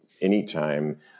anytime